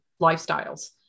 lifestyles